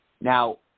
Now